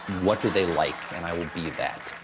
what would they like and i would be that.